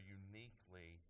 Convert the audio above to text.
uniquely